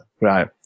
Right